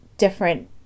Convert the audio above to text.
different